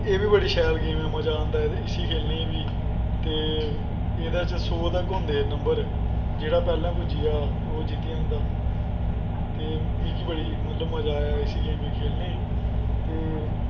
एह् बी बड़ी शैल गेम ऐ बड़ा मज़ा आंदा इसी खेलनें गी ते एह्दै च सौ तक होंदे नंबर जेह्ड़ा पैह्लैं पुज्जी जा ओह् पुज्जी जंदा ते मिगी मतलव बड़ा मज़ा आया इसी खेलने गी गेमे ते